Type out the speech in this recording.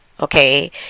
okay